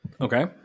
Okay